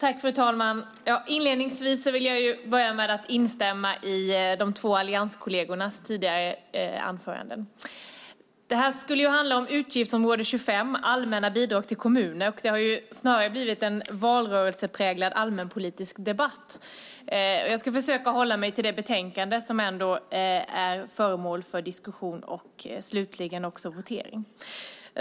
Fru talman! Inledningsvis instämmer jag i de två allianskollegernas tidigare anföranden. Detta skulle handla om utgiftsområde 25, Allmänna bidrag till kommuner. Det har snarare blivit en valrörelsepräglad allmänpolitisk debatt. Jag ska försöka hålla mig till det betänkande som är föremål för diskussion och slutligen också votering. Fru talman!